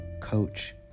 coach